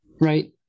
right